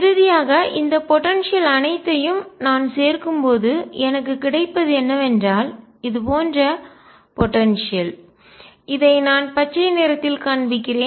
இறுதியாக இந்த போடன்சியல் ஆற்றல் அனைத்தையும் நான் சேர்க்கும்போது எனக்குக் கிடைப்பது என்னவென்றால் இது போன்ற போடன்சியல் ஆற்றல் இதை நான் பச்சை நிறத்தில் காண்பிக்கிறேன்